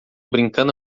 brincando